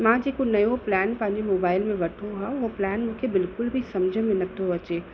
मां जेको नओं प्लैन पंहिंजे मोबाइल वरितो आहे उहो प्लैन मूंखे बिल्कुलु बि समुझ में नथो अचे